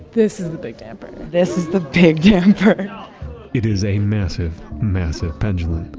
this is the big damper this is the big damper it is a massive, massive pendulum.